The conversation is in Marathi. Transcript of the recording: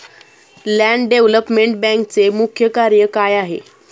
लँड डेव्हलपमेंट बँकेचे मुख्य कार्य काय आहे?